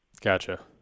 Gotcha